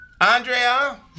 Andrea